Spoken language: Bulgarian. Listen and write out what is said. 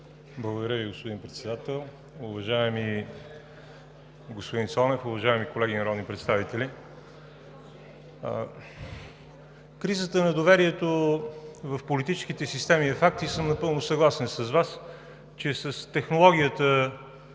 Благодаря Ви, господин Председател. Уважаеми господин Цонев, уважаеми колеги народни представители, кризата на доверието в политическите системи е факт и съм напълно съгласен с Вас, че с технологията